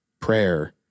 prayer